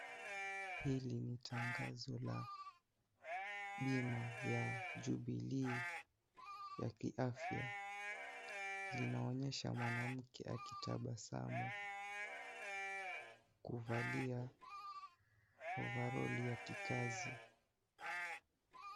Hili ni tangazo la bima ya Jubilee ya kiafya . Kwenye tangazo kuna mwanamke anayeonekana kufurahi , huku ame vaa guanda la kufanyia kazi .